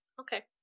Okay